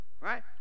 right